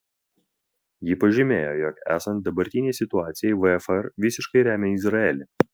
ji pažymėjo jog esant dabartinei situacijai vfr visiškai remia izraelį